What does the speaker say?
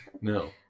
No